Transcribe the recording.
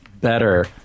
better